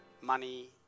money